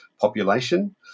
population